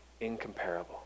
incomparable